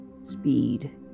Speed